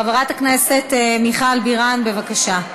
חברת הכנסת מיכל בירן, בבקשה.